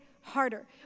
harder